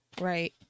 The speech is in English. Right